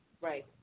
Right